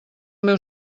meu